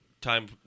time